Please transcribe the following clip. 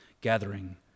gathering